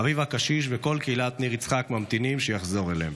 אביו הקשיש וכל קהילת ניר יצחק ממתינים שהוא יחזור אליהם.